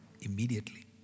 immediately